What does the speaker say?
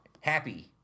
happy